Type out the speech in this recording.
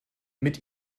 mit